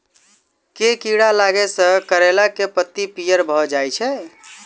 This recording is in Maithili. केँ कीड़ा लागै सऽ करैला केँ लत्ती पीयर भऽ जाय छै?